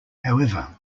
however